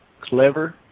clever